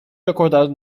acordado